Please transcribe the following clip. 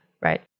right